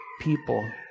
people